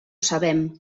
sabem